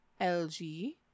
lg